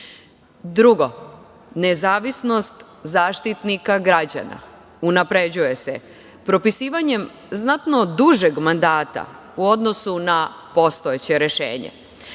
nezavisnost Zaštitnika građana unapređuje se propisivanjem znatno dužeg mandata u odnosu na postojeće rešenje.